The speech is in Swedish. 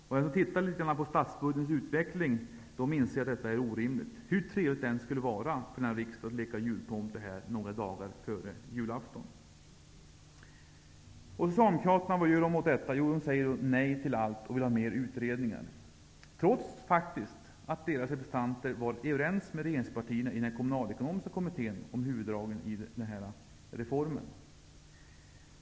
Den som tittar på statsbudgetens utveckling inser att detta är orimligt, hur trevligt det än skulle vara för denna riksdag att leka jultomte några dagar före julafton. Vad gör Socialdemokraterna åt detta? Jo, de säger nej till allt och vill ha fler utredningar, trots att deras representanter faktiskt var överens med regeringspartierna i den kommunalekonomiska kommittén om huvuddragen i reformen.